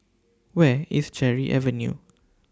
Where IS Cherry Avenue